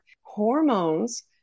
hormones